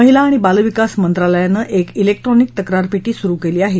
महिला आणि बाल विकास मंत्रालयानं एक विक्ट्रॉनिक तक्रारपेटी सुरू केली आहे